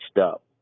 up